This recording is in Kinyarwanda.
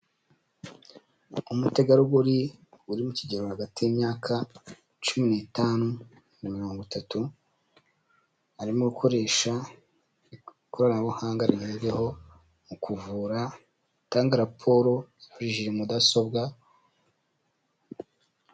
Umutegarugori uri mu kigero hagati y'imyaka cumi n'itanu na mirongo itatu, arimo gukoresha ikoranabuhanga rigezweho mu kuvura, atanga raporo akoresheje mudasobwa.